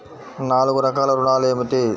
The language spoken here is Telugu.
నాలుగు రకాల ఋణాలు ఏమిటీ?